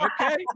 Okay